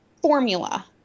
formula